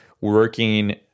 working